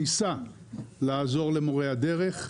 ניסה לעזור למורי הדרך.